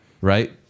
right